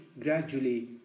gradually